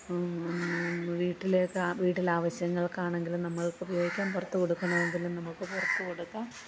വീട്ടിലെയൊക്കെ വീട്ടിലെ ആവശ്യങ്ങൾക്കാണെങ്കിലും നമ്മൾക്ക് ഉപയോഗിക്കാം പുറത്ത് കൊടുക്കാനാണെങ്കിലും നമുക്ക് പുറത്ത് കൊടുക്കാം